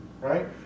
Right